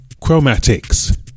Chromatics